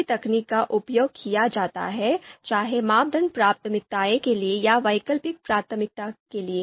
उसी तकनीक का उपयोग किया जाता है चाहे मानदंड प्राथमिकता के लिए या वैकल्पिक प्राथमिकता के लिए